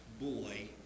boy